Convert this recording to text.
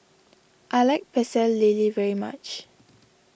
I like Pecel Lele very much